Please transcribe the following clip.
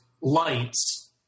lights